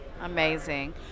amazing